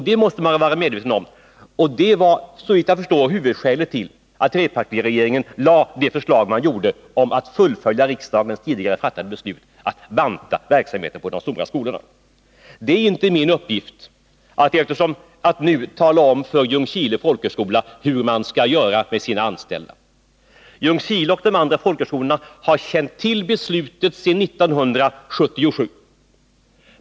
Det måste man vara medveten om, och det var såvitt jag förstår huvudskälet till att trepartiregeringen lade fram förslag om att fullfölja riksdagens tidigare fattade beslut och banta verksamheten vid de stora skolorna. Det är inte min uppgift att nu tala om för Ljungskile folkhögskola hur man skall göra med sina anställda. Ljungskile och de andra folkhögskolorna har känt till beslutet sedan 1977.